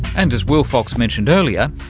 and as will fox mentioned earlier,